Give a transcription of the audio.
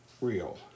real